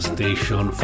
Station